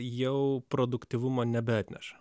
jau produktyvumo nebeatneša